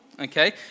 okay